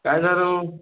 काय झालं